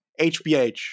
HBH